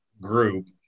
group